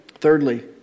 Thirdly